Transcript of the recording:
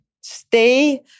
Stay